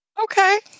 Okay